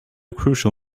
crucial